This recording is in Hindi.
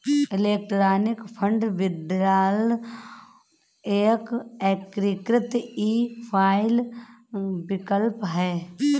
इलेक्ट्रॉनिक फ़ंड विदड्रॉल एक एकीकृत ई फ़ाइल विकल्प है